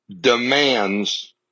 demands